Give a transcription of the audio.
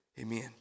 Amen